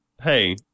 hey